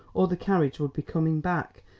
or the carriage would be coming back,